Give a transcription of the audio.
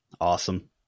Awesome